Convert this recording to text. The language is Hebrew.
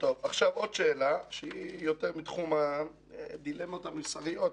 שאלה נוספת נוגעת לתחום הדילמות המוסריות,